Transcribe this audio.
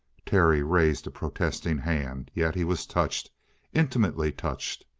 terry raised a protesting hand. yet he was touched intimately touched.